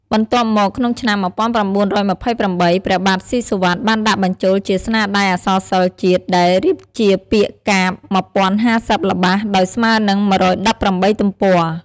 បន្ទាប់មក ក្នុងឆ្នាំ១៩២៨ ព្រះបាទសុីសុវត្ថិ បានដាក់បញ្ចូលជាស្នាដៃអក្សរសិល្ប៍ជាតិ ដែលរៀបជាពាក្យកាព្យ ១០៥០ ល្បះ ដោយស្មើនិង ១១៨ ទំព័រ ។